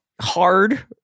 Hard